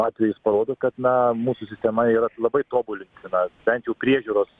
atvejis parodo kad na mūsų sistema yra labai tobulintina bent jau priežiūros